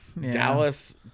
Dallas